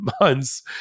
months